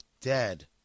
dead